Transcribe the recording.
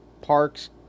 Parks